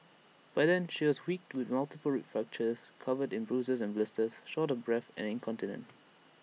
by then she was weak with multiple rib fractures covered in bruises and blisters short of breath and incontinent